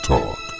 Talk